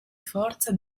forza